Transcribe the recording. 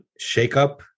shakeup